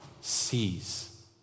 sees